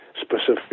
specific